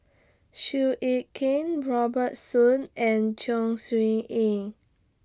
Seow Yit Kin Robert Soon and Chong Siew Ying